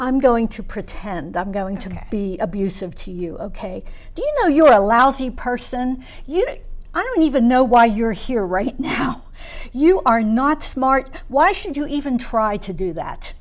i'm going to pretend i'm going to be abusive to you ok do you know you're a lousy person you know i don't even know why you're here right now you are not smart why should you even try to do that